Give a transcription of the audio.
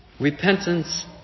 Repentance